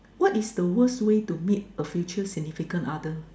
what is the worst way to meet a future significant other